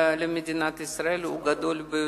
למדינת ישראל השנה הוא גדול ביותר.